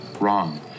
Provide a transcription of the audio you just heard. Wrong